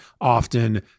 often